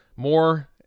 more